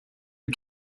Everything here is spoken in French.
une